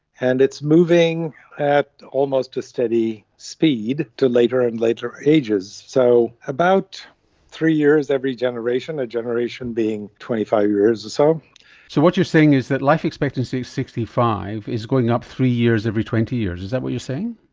and it's moving at almost a steady speed to later and later ages. so about three years every generation, a generation being twenty five years or so. so what you're saying is that life expectancy at sixty five is going up three years every twenty years, is that what you're saying?